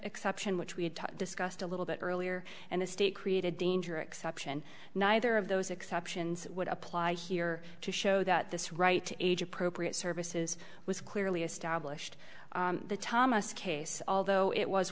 exception which we had discussed a little bit earlier and the state created danger exception neither of those exceptions would apply here to show that this right age appropriate services was clearly established the thomas case although it was